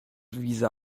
visa